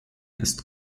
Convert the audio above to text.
ist